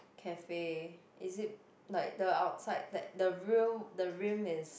cafe is it like the outside like the rail the rim is